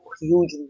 huge